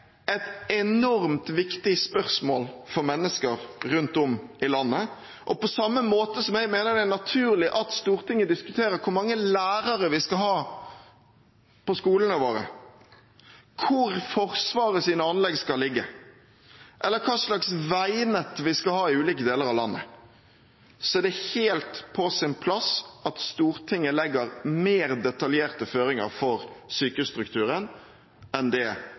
et enormt viktig spørsmål for mennesker rundt om i landet, og på samme måte som jeg mener det er naturlig at Stortinget diskuterer hvor mange lærere vi skal ha på skolene våre, hvor Forsvarets anlegg skal ligge, eller hva slags veinett vi skal ha i ulike deler av landet, er det helt på sin plass at Stortinget legger mer detaljerte føringer for sykehusstrukturen enn det